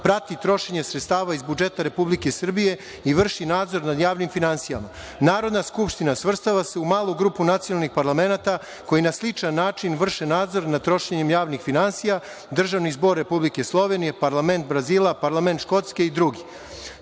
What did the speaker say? prati trošenje sredstava iz budžeta Republike Srbije i vrši nadzor nad javnim finansijama. Narodna skupština svrstava se u malu grupu nacionalnih parlamenata koji na sličan način vrše nadzor nad trošenjem javnih finansija, Državni zbog Republike Slovenije, parlament Brazila, parlament Škotske i drugi.